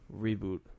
reboot